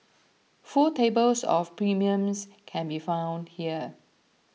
full tables of premiums can be found here